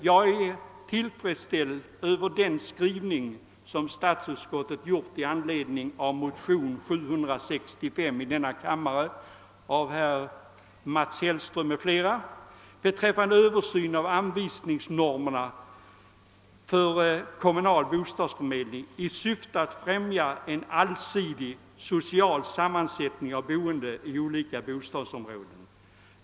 Jag är tillfredsställd över statsutskottets skrivning med anledning av motionen II: 765 av herr Hellström m.fl. beträffande översyn av anvisningsnormerna för kommunal bostadsförmedling i syfte att främja en allsidig social sammansättning av de boende i olika bostadsområden.